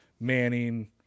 Manning